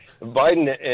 Biden